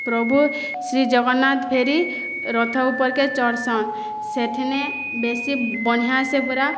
ପ୍ରଭୁ ଶ୍ରୀ ଜଗନ୍ନାଥ ଫେରି ରଥ ଉପର୍କେ ଚଢ଼୍ସନ୍ ସେଥିନେ ବେଶି ବଢ଼ିଆ ସେ ପୁରା